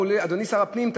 אדוני שר הפנים,